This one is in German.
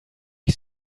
ich